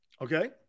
Okay